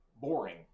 boring